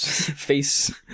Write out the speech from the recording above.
face